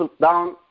down